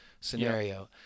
scenario